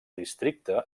districte